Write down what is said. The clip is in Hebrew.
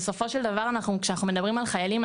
בסופו של דבר כשאנחנו מדברים על חיילים,